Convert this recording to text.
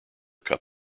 cup